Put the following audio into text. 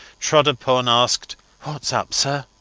trod upon, asked whats up, sir?